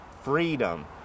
freedom